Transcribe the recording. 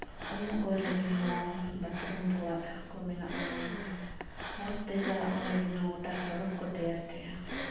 ᱩᱢᱩᱜ ᱠᱚ ᱞᱟᱹᱜᱤᱫ ᱦᱚᱸ ᱵᱟᱛᱷᱨᱩᱢ ᱠᱚᱣᱟᱜ ᱠᱚ ᱢᱮᱱᱟᱜᱼᱟ ᱦᱚᱨᱛᱮ ᱪᱟᱞᱟᱜ ᱠᱚ ᱞᱟᱹᱜᱤᱫ ᱦᱚᱸ ᱜᱚᱴᱟ ᱥᱚᱲᱚᱠ ᱠᱚ ᱛᱮᱭᱟᱨ ᱠᱮᱜᱼᱟ